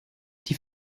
die